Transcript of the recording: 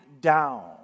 down